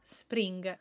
spring